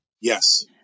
Yes